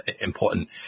important